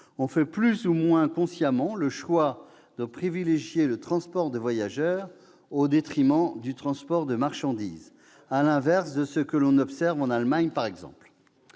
ont fait plus ou moins consciemment le choix de privilégier le transport de voyageurs au détriment du transport de marchandises, à l'inverse de ce que l'on observe en Allemagne, par exemple.